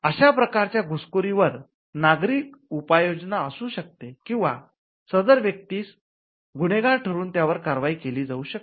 अशा प्रकारच्या घुसखोरी वर् नागरी उपाययोजना असू शकते किंवा सदर व्यक्तीस गुन्हेगार ठरवून त्यावर कारवाई केली जाउ शकते